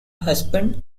husband